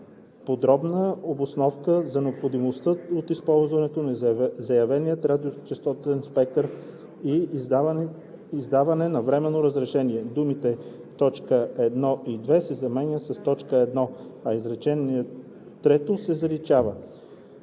подробна обосновка за необходимостта от използване на заявения радиочестотен спектър и издаване на временно разрешение“, думите „т. 1 и 2“ се заменят с „т. 1“, а изречение трето се заличава.